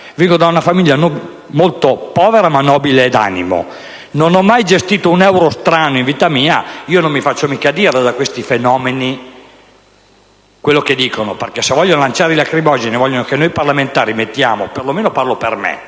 vengo da una famiglia molto povera, ma nobile d'animo, non ho mai gestito un euro strano in vita mia: non mi faccio mica dire da questi fenomeni quello che dicono! Se vogliono lanciare i lacrimogeni e vogliono che noi parlamentari... Mettiamo un attimo da parte